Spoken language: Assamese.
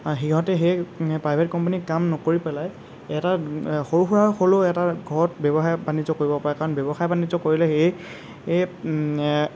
সিহঁতে সেই প্ৰাইভেট কোম্পানীত কাম নকৰি পেলাই এটা সৰু সুৰা হ'লেও এটা ঘৰত ব্যৱসায় বাণিজ্য কৰিব পাৰে কাৰণ ব্যৱসায় বাণিজ্য কৰিলে সেই এই